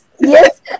yes